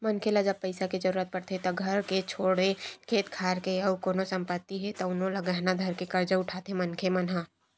मनखे ल जब पइसा के जरुरत पड़थे त घर के छोड़े खेत खार के अउ कोनो संपत्ति हे तउनो ल गहना धरके करजा उठाथे मनखे मन ह